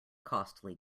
costly